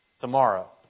Tomorrow